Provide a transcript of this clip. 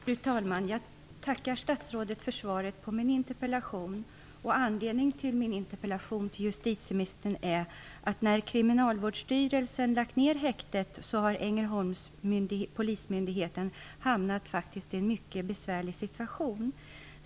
Fru talman! Jag tackar statsrådet för svaret på min interpellation. Anledningen till min interpellation till justitieministern är att Ängelholms polismyndighet har hamnat i en mycket besvärlig situation när Kriminalvårdsstyrelsen har lagt ned häktet.